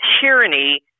tyranny